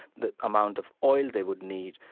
the amount of oil they would need,